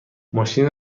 ماشین